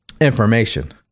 information